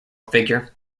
figure